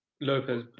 Lopez